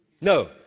No